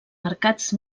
mercats